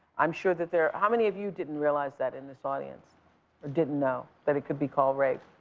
i'm sure that there how many of you didn't realize that in this audience or didn't know that it could be called rape?